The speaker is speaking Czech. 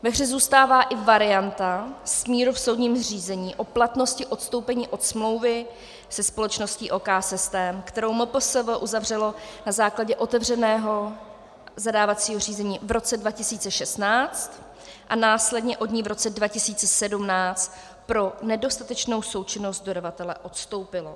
Ve hře zůstává i varianta smíru v soudním řízení o platnosti odstoupení od smlouvy se společností OKsystem, kterou MPSV uzavřelo na základě otevřeného zadávacího řízení v roce 2016, a následně od ní v roce 2017 pro nedostatečnou součinnost dodavatele odstoupilo.